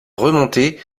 remontée